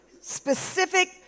specific